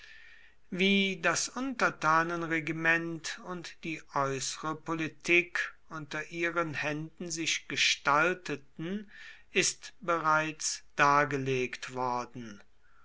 wie das untertanenregiment und die äußere politik unter ihren händen sich gestalteten ist bereits dargelegt worden